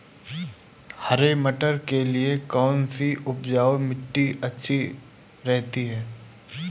हरे मटर के लिए कौन सी उपजाऊ मिट्टी अच्छी रहती है?